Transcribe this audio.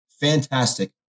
fantastic